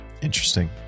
interesting